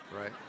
right